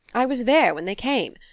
i was there when they came.